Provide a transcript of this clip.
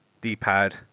D-pad